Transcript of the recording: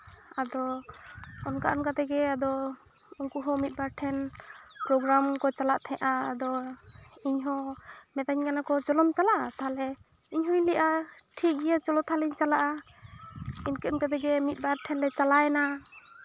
ᱟᱫᱚ ᱚᱱᱠᱟ ᱚᱱᱠᱟ ᱛᱮᱜᱮ ᱟᱫᱚ ᱩᱱᱠᱩ ᱦᱚᱸ ᱢᱤᱫᱵᱟᱨ ᱴᱷᱮᱱ ᱯᱨᱚᱜᱨᱟᱢ ᱠᱚ ᱪᱟᱞᱟᱜ ᱛᱟᱦᱮᱱᱟ ᱟᱫᱚ ᱤᱧᱦᱚᱸ ᱢᱤᱛᱟᱹᱧ ᱠᱟᱱᱟ ᱠᱚ ᱪᱚᱞᱚᱢ ᱪᱟᱞᱟᱜᱼᱟ ᱛᱟᱦᱚᱞᱮ ᱤᱧᱦᱚᱧ ᱞᱟᱹᱭ ᱮᱜᱼᱟ ᱪᱚᱞᱚ ᱛᱟᱦᱚᱞᱮᱧ ᱪᱟᱞᱟᱜᱼᱟ ᱤᱱᱠᱟᱹ ᱤᱱᱠᱟᱹ ᱛᱮᱜᱮ ᱢᱤᱫᱼᱵᱟᱨ ᱴᱷᱮᱱᱞᱮ ᱪᱟᱞᱟᱣ ᱮᱱᱟ